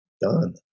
done